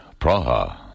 Praha